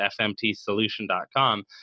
fmtsolution.com